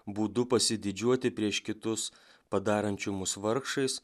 būdu pasididžiuoti prieš kitus padarančių mus vargšais